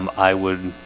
um i would